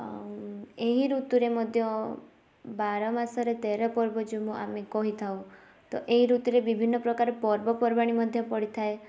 ଆଉ ଏହି ଋତୁରେ ମଧ୍ୟ ବାରମାସରେ ତେର ପର୍ବ ଯେଉଁ ଆମେ କହିଥାଉ ତ ଏହି ଋତୁରେ ବିଭିନ୍ନପ୍ରକାର ପର୍ବପର୍ବାଣି ମଧ୍ୟ ପଡ଼ିଥାଏ